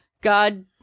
God